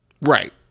Right